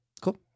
Cool